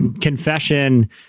confession